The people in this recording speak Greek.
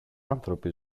άνθρωποι